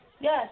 Yes